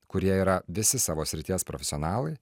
kurie yra visi savo srities profesionalai